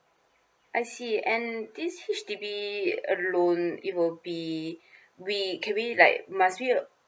I see and this H_D_B uh loan it will be we can we like must we